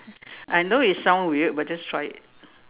I know it sounds weird but just try it